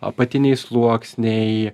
apatiniai sluoksniai